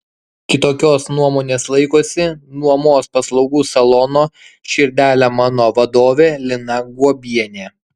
kitokios nuomonės laikosi nuomos paslaugų salono širdele mano vadovė lina guobienė